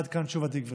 עד כאן תשובתי, גברתי.